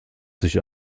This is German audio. sich